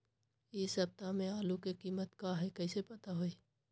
इ सप्ताह में आलू के कीमत का है कईसे पता होई?